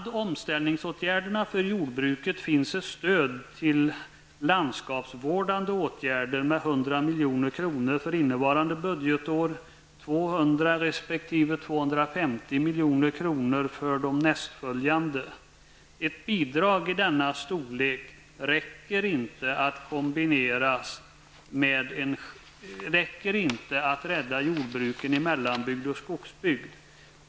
milj.kr. för de nästföljande. Ett bidrag i denna storlek räcker inte för att rädda jordbruk i mellanbygd och skogsbygd.